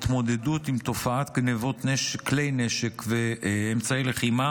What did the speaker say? התמודדות עם תופעת גנבות כלי נשק ואמצעי לחימה